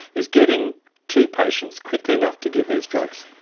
is getting to patients quickly enough to give these drugs.